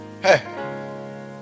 Hey